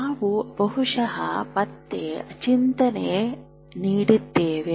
ನಾವು ಬಹುಶಃ ಮತ್ತೆ ಚಿಂತನೆ ನೀಡುತ್ತೇವೆ